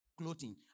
clothing